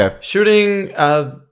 shooting